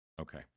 Okay